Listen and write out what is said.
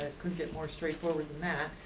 couldn't get more straightforward than that.